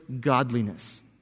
godliness